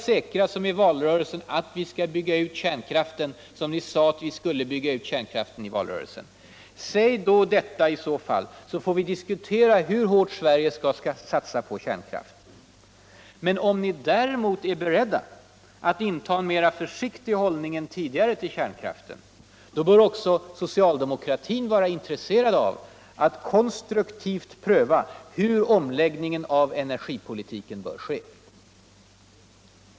Säg i så fall det, så får vi diskutera hur hårt Sverige skall satsaå på kärnkraft. Om ni däremot är beredda att inta en mer försiktig hållning än tidigare, bör också socialdemokratin vara intresserad av att konstruktivt pröva hur omläggningen av energipolitiken bör ske.